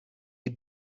you